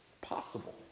possible